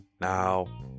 Now